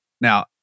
now